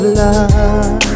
love